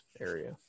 area